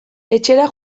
etxera